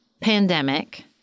pandemic